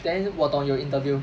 then 我懂有 interview